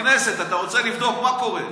בכנסת אתה רוצה לבדוק מה קורה,